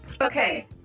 okay